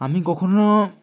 আমি কখনও